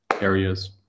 areas